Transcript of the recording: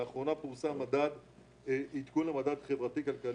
"לאחרונה פורסם עדכון למדד חברתי-כלכלי.